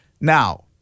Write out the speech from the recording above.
Now